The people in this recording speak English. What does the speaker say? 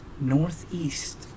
northeast